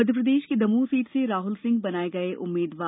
मध्य प्रदेश की दमोह सीट से राहुल सिंह बनाये गये उम्मीद्वार